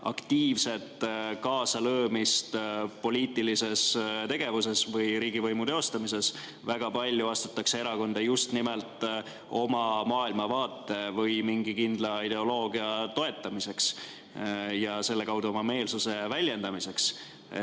aktiivset kaasalöömist poliitilises tegevuses või riigivõimu teostamises. Väga palju astutakse erakonda just nimelt oma maailmavaate või mingi kindla ideoloogia toetamiseks ja selle kaudu oma meelsuse väljendamiseks.